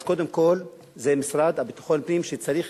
אז קודם כול זה המשרד לביטחון הפנים שצריך